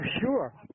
sure